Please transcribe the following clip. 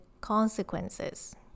consequences